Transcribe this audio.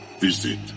Visit